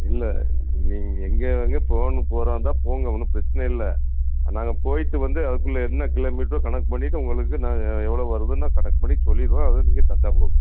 இல்லை நீங்கள் எங்கே எங்கே போகணும் போகிறாருந்தா போங்கள் ஒன்றும் பிரச்சனை இல்லை நாங்கள் போய்ட்டு வந்து அதுக்குள்ள என்ன கிலோமீட்டரோ கணக்கு பண்ணிட்டு உங்களுக்கு நாங்கள் எவ்வளோ வருதுன்னு நான் கணக்கு பண்ணி சொல்லிடுவோம் அதை நீங்கள் தந்தால் போதும்